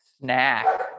snack